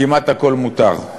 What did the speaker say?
כמעט הכול מותר.